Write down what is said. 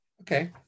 Okay